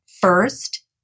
first